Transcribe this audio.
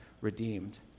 redeemed